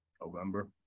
November